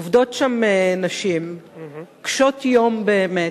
עובדות שם נשים קשות-יום באמת,